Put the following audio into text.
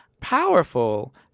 powerful